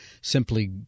simply